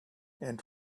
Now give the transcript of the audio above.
and